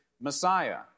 Messiah